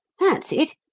that's it!